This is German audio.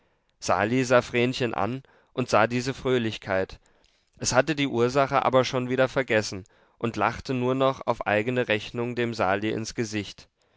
sah vrenchen an und sah diese fröhlichkeit es hatte die ursache aber schon wieder vergessen und lachte nur noch auf eigene rechnung dem sali ins gesicht